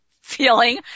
feeling